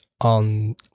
on